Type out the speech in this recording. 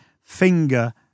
finger